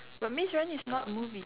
but maze runner is not movies